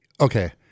Okay